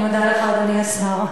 אני מודה לך, אדוני השר.